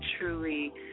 truly